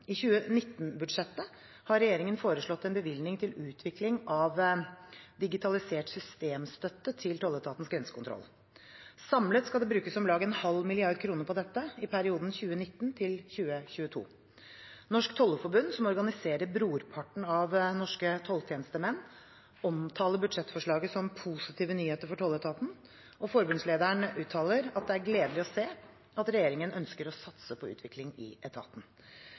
I 2019-budsjettet har regjeringen foreslått en bevilgning til utvikling av digitalisert systemstøtte til tolletatens grensekontroll. Samlet skal det brukes om lag en halv milliard kroner på dette i perioden 2019–2022. Norsk Tollerforbund, som organiserer brorparten av norske tolltjenestemenn, omtaler budsjettforslaget som positive nyheter for tolletaten, og forbundslederen uttaler at det er gledelig å se at regjeringen ønsker å satse på utvikling i etaten.